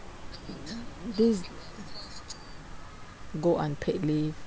this go unpaid leave